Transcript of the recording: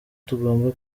tugomba